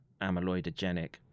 amyloidogenic